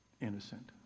innocent